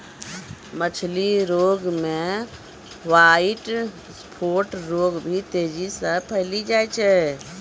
मछली रोग मे ह्वाइट स्फोट रोग भी तेजी से फैली जाय छै